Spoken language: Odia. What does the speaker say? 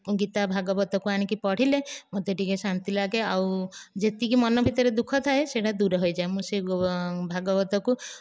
ଗୀତା ଭାଗବତକୁ ଆଣିକି ପଢ଼ିଲେ ମୋତେ ଟିକିଏ ଶାନ୍ତି ଲାଗେ ଆଉ ଯେତିକି ମନ ଭିତରେ ଦୁଃଖ ଥାଏ ସେଗୁଡ଼ିକ ଦୂର ହୋଇଯାଏ ମୁଁ ଆଉ ସେ ଭାଗବତକୁ